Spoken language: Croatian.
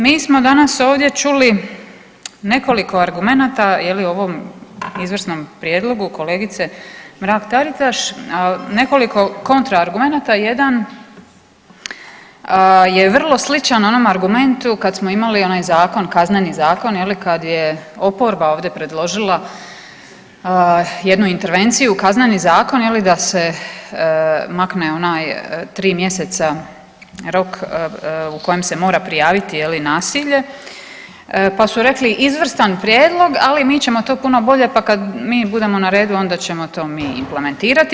Mi smo danas ovdje čuli nekoliko argumenata o ovom izvrsnom prijedlogu kolegice Mrak Taritaš, nekoliko kontra argumenata, a jedan je vrlo sličan onom argumentu kada smo imali onaj zakon Kazneni zakon kada je oporba ovdje predložila jednu intervenciju Kazneni zakon da se makne onaj 3 mjeseca rok u kojem se mora prijaviti nasilje, pa su rekli izvrstan prijedlog ali mi ćemo to puno bolje pa kada mi budemo na redu onda ćemo to mi implementirati.